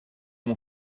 mon